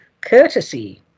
courtesy